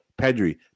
Pedri